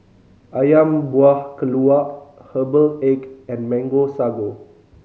Ayam Buah Keluak herbal egg and Mango Sago